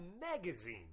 magazine